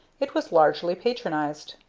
it was largely patronized.